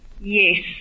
Yes